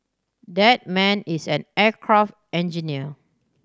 that man is an aircraft engineer